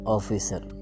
Officer